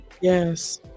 yes